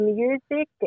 music